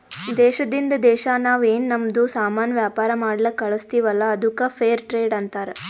ದೇಶದಿಂದ್ ದೇಶಾ ನಾವ್ ಏನ್ ನಮ್ದು ಸಾಮಾನ್ ವ್ಯಾಪಾರ ಮಾಡ್ಲಕ್ ಕಳುಸ್ತಿವಲ್ಲ ಅದ್ದುಕ್ ಫೇರ್ ಟ್ರೇಡ್ ಅಂತಾರ